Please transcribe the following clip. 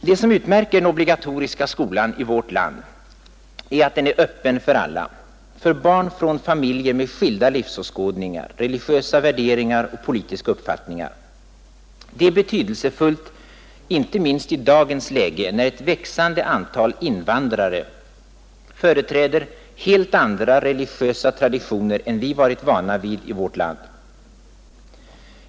Det som utmärker den obligatoriska skolan i vårt land är att den är öppen för alla, för barn från familjer med skilda livsåskådningar, religiösa värderingar och politiska uppfattningar. Detta är betydelsefullt inte minst i dagens läge när ett växande antal invandrare företräder helt andra religiösa traditioner än vi varit vana vid i vårt land.